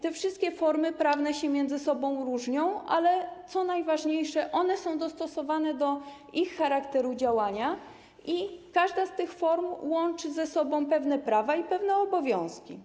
Te wszystkie formy prawne między sobą się różnią, ale co najważniejsze, one są dostosowane do ich charakteru działania i każda z tych form łączy w sobie pewne prawa i pewne obowiązki.